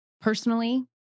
personally